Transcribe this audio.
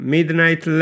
Midnight